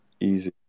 easy